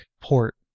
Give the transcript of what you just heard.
port